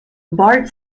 bart